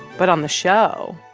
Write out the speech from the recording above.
but on the show,